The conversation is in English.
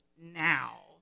now